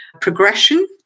progression